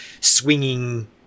swinging